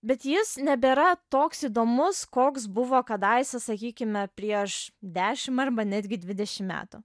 bet jis nebėra toks įdomus koks buvo kadaise sakykime prieš dešim arba netgi dvidešim metų